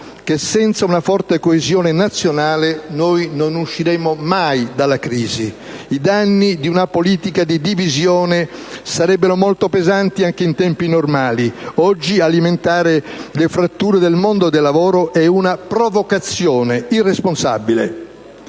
che senza una forte coesione nazionale noi non usciremo mai dalla crisi. I danni di una politica di divisione sarebbero molto pesanti anche in tempi normali, ma oggi alimentare le fratture del mondo del lavoro è una provocazione irresponsabile.